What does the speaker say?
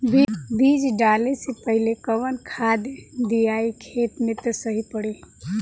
बीज डाले से पहिले कवन खाद्य दियायी खेत में त सही पड़ी?